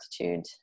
attitude